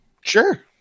Sure